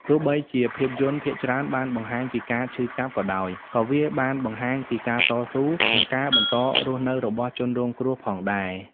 ទោះបីជាភាពយន្តភាគច្រើនបានបង្ហាញពីការឈឺចាប់ក៏ដោយ ក៏វាបានបង្ហាញពីការតស៊ូ និងការបន្តរស់នៅរបស់ជនរងគ្រោះផងដែរ។